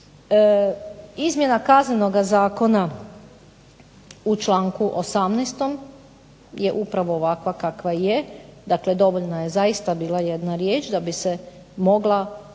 Izmjena Kaznenog zakona u članku 18. je upravo ovakva kakva je, dakle dovoljna je zaista bila jedna riječ da bi se mogla otkloniti